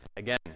Again